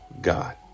God